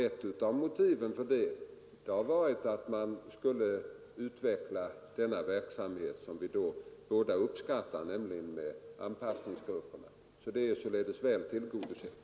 Ett av motiven för detta har varit att man skulle utveckla denna verksamhet med anpassningsgrupperna, den verksamhet som vi tydligen båda uppskattar.